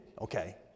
okay